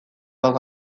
bat